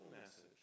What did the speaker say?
message